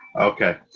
okay